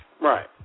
Right